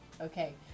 okay